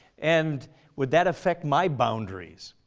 and would that affect my boundaries?